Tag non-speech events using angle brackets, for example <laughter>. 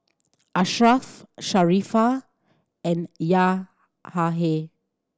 Ashraff Sharifah and <unintelligible>